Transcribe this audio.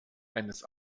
eines